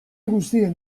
guztien